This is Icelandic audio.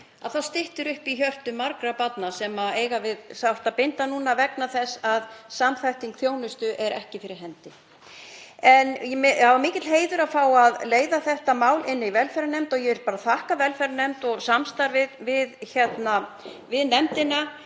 lokið styttir upp í hjörtum margra barna sem eiga um sárt að binda núna vegna þess að samþætting þjónustu er ekki fyrir hendi. Það var mikill heiður að fá að leiða þetta mál í velferðarnefnd og ég vil bara þakka samstarfið við nefndina